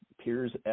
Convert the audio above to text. peers